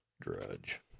Drudge